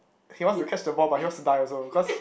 he wants to catch the ball but he wants to die also cause